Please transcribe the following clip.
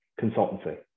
consultancy